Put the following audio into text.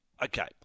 Okay